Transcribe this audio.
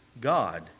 God